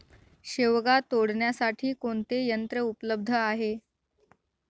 शेवगा तोडण्यासाठी कोणते यंत्र उपलब्ध आहे?